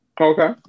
Okay